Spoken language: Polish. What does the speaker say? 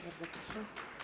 Bardzo proszę.